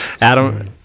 Adam